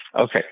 Okay